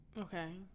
Okay